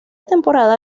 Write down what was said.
temporada